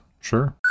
Sure